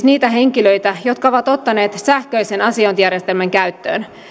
niitä henkilöitä jotka ovat ottaneet sähköisen asiointijärjestelmän käyttöön